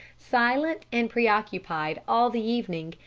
silent and preoccupied all the evening,